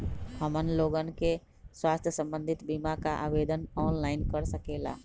हमन लोगन के स्वास्थ्य संबंधित बिमा का आवेदन ऑनलाइन कर सकेला?